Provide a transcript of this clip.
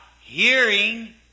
hearing